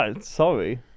sorry